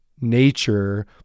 nature